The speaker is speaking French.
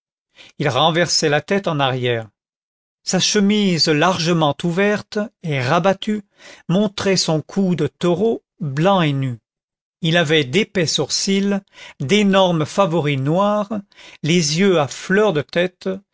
il renversait la tête en arrière sa chemise largement ouverte et rabattue montrait son cou de taureau blanc et nu il avait d'épais sourcils d'énormes favoris noirs les yeux à fleur de tête